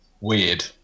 weird